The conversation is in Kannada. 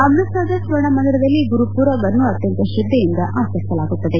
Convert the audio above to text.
ಅಮೃತಸರದ ಸ್ವರ್ಣ ಮಂದಿರದಲ್ಲಿ ಗುರು ಪೂರಭ್ ಅನ್ನು ಅತ್ತಂತ ಶ್ರದ್ದೆಯಿಂದ ಆಚರಿಸಲಾಗುತ್ತದೆ